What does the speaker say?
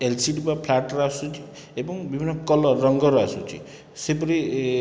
LCD ବା ଫ୍ଲାଟର ଆସୁଛି ଏବଂ ବିଭିନ୍ନ କଲର ରଙ୍ଗର ଆସୁଛି ସେହିପରି